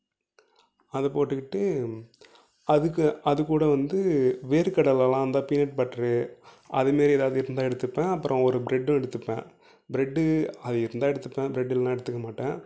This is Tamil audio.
அது போட்டுக்கிட்டு அதுக்கு அது கூட வந்து வேர்க்கடலைலாம் இருந்தால் பீனட் பட்டரு அது மாரி ஏதாவது இருந்தால் எடுத்து போட்டுப்பேன் அப்புறம் ஒரு பிரெட்டு எடுத்துப்பேன் பிரெட்டு அது இருந்தால் எடுத்துப்பேன் பிரெட் இல்லைனா எடுத்துக்க மாட்டேன்